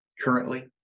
currently